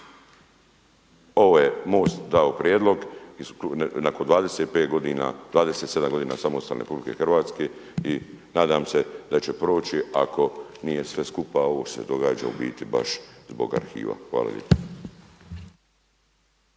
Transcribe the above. Ovo je MOST dao prijedlog i nakon 25 godina, 27 godina samostalne Republike Hrvatske i nadam se da će proći ako nije sve skupa ovo što se događa u biti baš zbog arhiva. Hvala